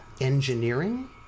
Engineering